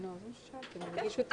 זה מה ששאלתי, אם הם הגישו את ההסכם.